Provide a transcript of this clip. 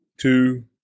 two